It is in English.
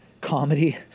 comedy